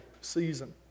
season